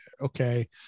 okay